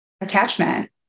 attachment